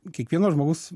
kiekvienas žmogus